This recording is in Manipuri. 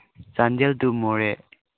ꯆꯥꯟꯗꯦꯜ ꯇꯨ ꯃꯣꯔꯦ